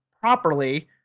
properly